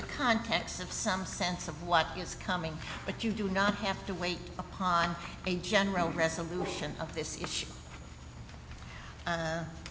the context of some sense of what is coming but you do not have to wait upon a general resolution of this issue